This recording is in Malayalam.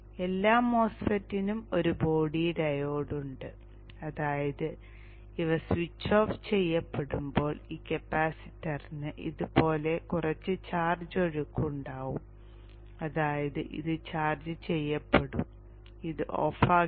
എല്ലാ MOSFET നും ഒരു ബോഡി ഡയോഡ് ഉണ്ട് അതായത് ഇവ സ്വിച്ച് ഓഫ് ചെയ്യുമ്പോൾ ഈ കപ്പാസിറ്ററിന് ഇതുപോലെ കുറച്ച് ചാർജ് ഒഴുക്ക് ഉണ്ടാകും അതായത് ഇത് ചാർജ്ജ് ചെയ്യപ്പെടും ഇത് ഓഫാകില്ല